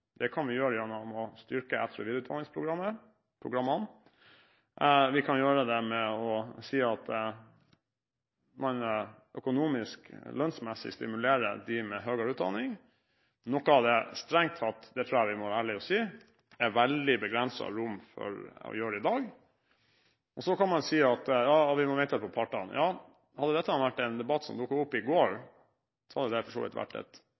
Det kan vi gjøre gjennom å styrke etter- og videreutdanningsprogrammene, og vi kan gjøre det ved at man økonomisk, lønnsmessig, stimulerer dem med høyere utdanning, noe det strengt tatt – det tror jeg vi må være ærlige og si – er veldig begrenset rom for å gjøre i dag. Så kan man si at vi må vente på partene. Ja, hadde dette vært en debatt som dukket opp i går, hadde det for så vidt vært et